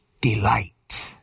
delight